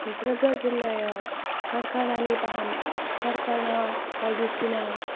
क'क्राझार जिल्लायाव खारखानानि खारखाना बायदिसिना